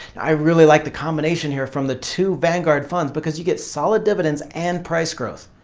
i really like the combination here from the two vanguard funds because you get solid dividends and price growth.